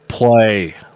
Play